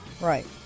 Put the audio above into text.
Right